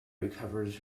recovers